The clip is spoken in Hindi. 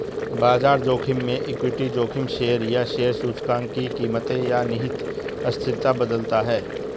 बाजार जोखिम में इक्विटी जोखिम शेयर या शेयर सूचकांक की कीमतें या निहित अस्थिरता बदलता है